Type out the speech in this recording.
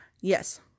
yes